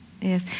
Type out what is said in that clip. yes